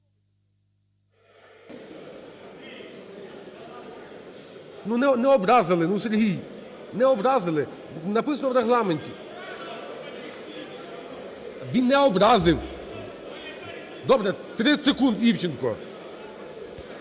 Ну, не образили, ну, Сергій, не образили. Тут не написано в Регламенті. Він не образив. Добре. 30 секунд. Івченко.